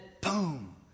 boom